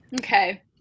Okay